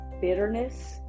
bitterness